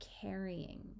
carrying